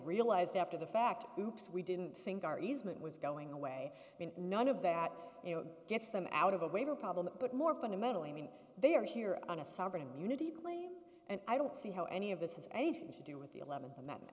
realized after the fact hoops we didn't think our easement was going away none of that you know gets them out of a waiver problem but more fundamentally mean they are here on a sovereign immunity claim and i don't see how any of this has anything to do with the eleventh